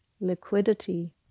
liquidity